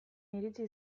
iritsi